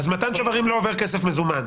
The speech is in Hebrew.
אז מתן שוברים לא עובר כסף מזומן.